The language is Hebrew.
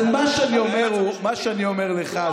מה שאני אומר לך,